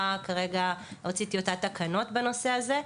כרגע הוציא את טיוטת התקנות בנושא הזה.